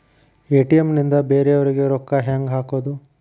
ATM ನಿಂದ ಬೇರೆಯವರಿಗೆ ರೊಕ್ಕ ಹೆಂಗ್ ಹಾಕೋದು?